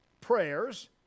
prayers